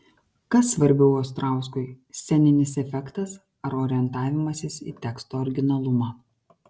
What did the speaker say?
kas svarbiau ostrauskui sceninis efektas ar orientavimasis į teksto originalumą